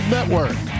Network